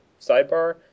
sidebar